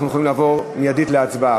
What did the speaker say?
אנחנו יכולים לעבור מייד להצבעה.